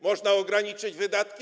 Można ograniczyć wydatki?